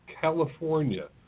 California